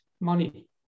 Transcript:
money